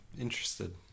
interested